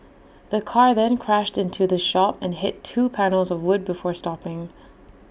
the car then crashed into the shop and hit two panels of wood before stopping